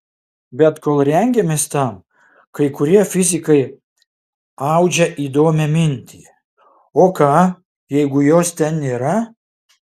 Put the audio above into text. bet kol rengiamės tam kai kurie fizikai audžia įdomią mintį o ką jeigu jos ten nėra